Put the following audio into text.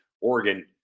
Oregon